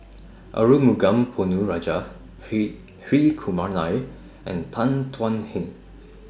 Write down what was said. Arumugam Ponnu Rajah Hri Hri Kumar Nair and Tan Thuan Heng